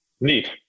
neat